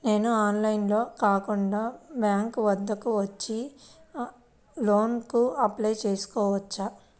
నేను ఆన్లైన్లో కాకుండా బ్యాంక్ వద్దకు వచ్చి లోన్ కు అప్లై చేసుకోవచ్చా?